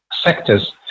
sectors